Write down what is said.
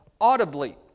audibly